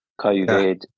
COVID